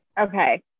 Okay